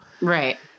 Right